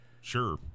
Sure